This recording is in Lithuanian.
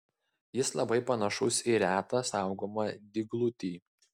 jis labai panašus į retą saugomą dyglutį